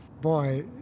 boy